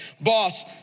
boss